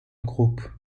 groupe